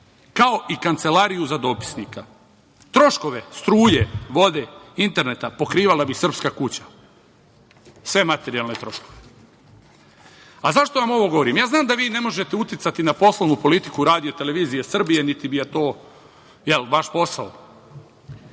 kao i kancelariju za dopisnika. Troškove struje, vode, interneta pokrivala bi Srpska kuća, sve materijalne troškove.“Zašto vam ovo govorim? Znam da vi ne možete uticati na poslovnu politiku RTS, niti je to vaš posao,